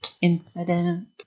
incident